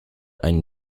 einen